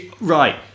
right